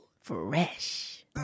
Fresh